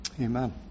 amen